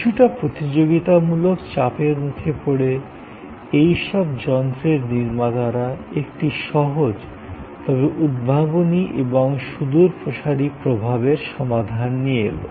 কিছুটা প্রতিযোগিতামূলক চাপের মুখে পড়ে এইসব যন্ত্রের নির্মাতারা একটি সহজ তবে উদ্ভাবনী এবং সুদূরপ্রসারী প্রভাবের সমাধান নিয়ে এলো